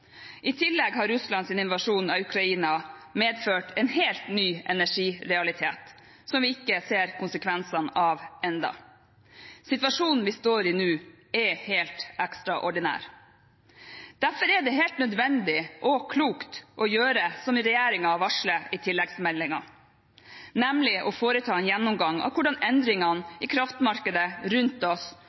I tillegg har Russlands invasjon av Ukraina medført en helt ny energirealitet som vi ikke ser konsekvensene av ennå. Situasjonen vi står i nå, er helt ekstraordinær. Derfor er det helt nødvendig og klokt å gjøre det som regjeringen varsler i tilleggsmeldingen, nemlig å foreta en gjennomgang av hvordan endringene i kraftmarkedene rundt oss